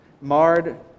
marred